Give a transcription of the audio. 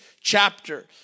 chapter